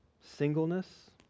singleness